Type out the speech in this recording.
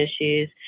issues